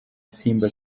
simba